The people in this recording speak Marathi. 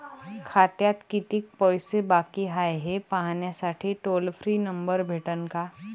खात्यात कितीकं पैसे बाकी हाय, हे पाहासाठी टोल फ्री नंबर भेटन का?